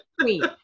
queen